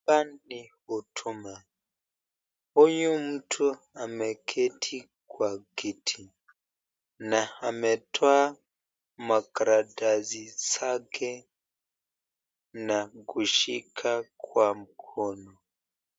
Hapa ni huduma, huyu mtu ameketi kwa kiti na ametoa makaratasi zake na kushika kwa mkono.